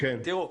תראו,